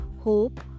hope